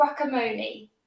Guacamole